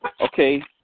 okay